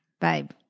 babe